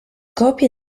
copie